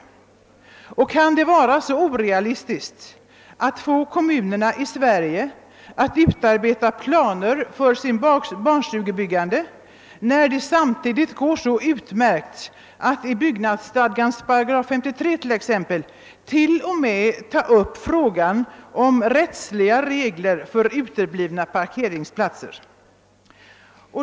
Kan det vara så orealistiskt att försöka få kommunerna i Sverige att utarbeta planer för sitt barnstugebyggande, när det samtidigt gått så bra att i byggnadsstadgans 53 § till och med ta upp frågan om rättsliga regler för uteblivna parkeringsplatser.